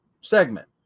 segment